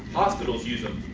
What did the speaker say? hospitals use them.